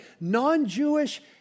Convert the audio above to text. non-Jewish